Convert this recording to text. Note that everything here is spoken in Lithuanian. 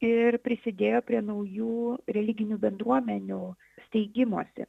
ir prisidėjo prie naujų religinių bendruomenių steigimosi